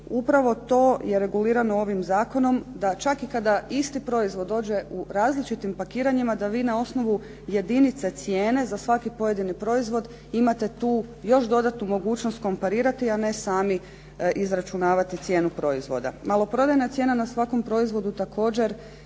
upravo to je regulirano ovim zakonom da čak i kada isti proizvod dođe u različitim pakiranjima, da vi na osnovu jedinice cijene za svaki pojedini proizvod imate tu još dodatnu mogućnost komparirati a ne sami izračunavati cijenu proizvoda. Maloprodajna cijena na svakom proizvodu također